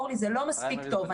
אורלי, זה לא מספיק טוב.